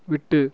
விட்டு